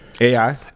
AI